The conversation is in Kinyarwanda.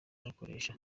bakoresha